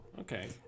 okay